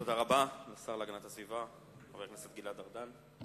תודה רבה לשר להגנת הסביבה, חבר הכנסת גלעד ארדן.